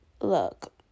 Look